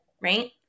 right